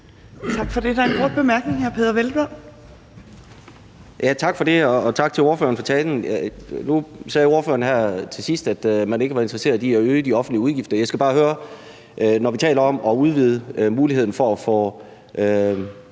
Tak for det. Der er en kort bemærkning. Hr. Peder Hvelplund. Kl. 11:30 Peder Hvelplund (EL): Tak for det. Og tak til ordføreren for talen. Nu sagde ordføreren her til sidst, at man ikke var interesseret i at øge de offentlige udgifter. Derfor skal jeg bare høre: Når vi taler om at udvide muligheden for at få